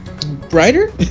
Brighter